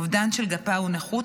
אובדן של גפה הוא נכות,